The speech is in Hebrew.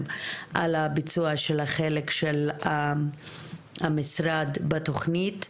על הביצוע של החלק של המשרד בתכנית,